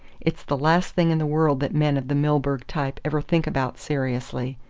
it's the last thing in the world that men of the milburgh type ever think about seriously.